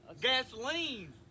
Gasoline